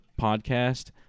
podcast